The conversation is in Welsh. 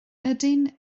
ydyn